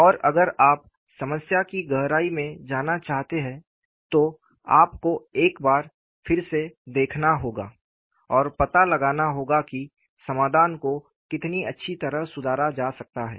और अगर आप समस्या की गहराई में जाना चाहते हैं तो आपको एक बार फिर से देखना होगा और पता लगाना होगा कि समाधान को कितनी अच्छी तरह सुधारा जा सकता है